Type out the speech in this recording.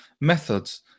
methods